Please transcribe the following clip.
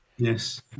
Yes